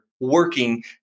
working